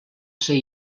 ser